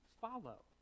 follow